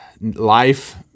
life